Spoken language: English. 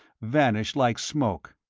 vanished like smoke,